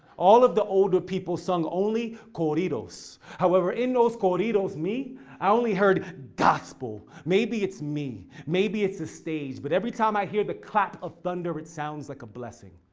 all of the older people sung only corridos. however, in those corridos, me, i only heard gospel. maybe it's me, maybe it's the stage, but every time i hear the clap of thunder, it sounds like a blessing.